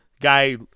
Guy